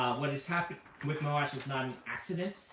what has happened with moash is not an accident.